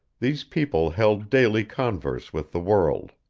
these people held daily converse with the world.